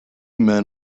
men